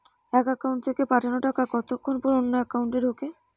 এক একাউন্ট থেকে পাঠানো টাকা কতক্ষন পর অন্য একাউন্টে ঢোকে?